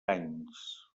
anys